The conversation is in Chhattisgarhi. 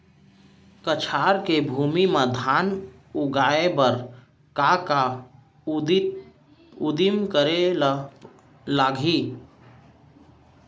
कछार के भूमि मा धान उगाए बर का का उदिम करे ला लागही?